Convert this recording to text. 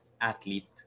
athlete